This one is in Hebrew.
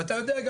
ואתה יודע,